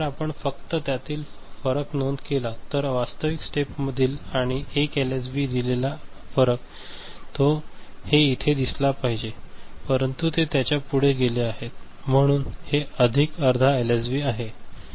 जर आपण फक्त त्यातील फरक नोंद केला तर वास्तविक स्टेप मधील आणि 1 एलएसबीने दिलेला फरक तो हे इथे दिसला पाहिजे परंतु ते त्याच्या पुढे गेले आहे म्हणून हे अधिक अर्धा एलएसबी आहे